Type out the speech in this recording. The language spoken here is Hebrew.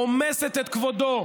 רומסת את כבודו,